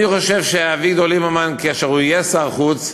אני חושב שאביגדור ליברמן, כאשר הוא יהיה שר החוץ,